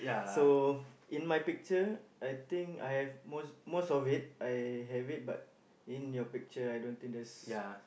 so in my picture I think I have most most of it I have it but in your picture I don't think there's